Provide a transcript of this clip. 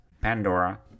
Pandora